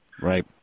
Right